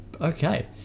Okay